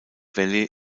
valley